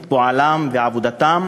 את פועלם ואת עבודתם